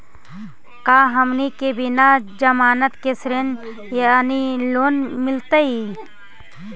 का हमनी के बिना जमानत के ऋण यानी लोन मिलतई?